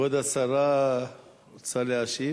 כבוד השרה רוצה להשיב?